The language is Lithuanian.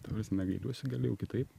ta prasme gailiuosi galėjau kitaip